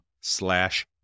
slash